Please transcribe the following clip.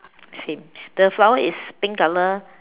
same the flower is pink color